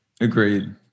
Agreed